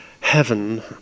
heaven